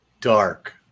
dark